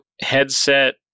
headset